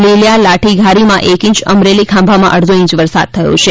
લીલીયા લાઠી ઘારીમાં એક ઈંચ અમરેલી ખાંભામાં અડધો ઈંચ વરસાદ થયો છે